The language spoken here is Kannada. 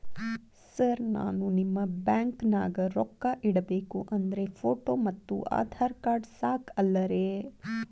ಸರ್ ನಾನು ನಿಮ್ಮ ಬ್ಯಾಂಕನಾಗ ರೊಕ್ಕ ಇಡಬೇಕು ಅಂದ್ರೇ ಫೋಟೋ ಮತ್ತು ಆಧಾರ್ ಕಾರ್ಡ್ ಸಾಕ ಅಲ್ಲರೇ?